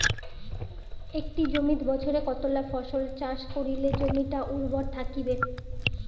একটা জমিত বছরে কতলা ফসল চাষ করিলে জমিটা উর্বর থাকিবে?